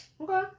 Okay